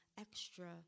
Extra